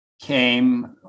came